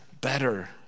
better